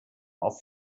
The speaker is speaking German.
auf